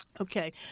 Okay